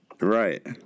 Right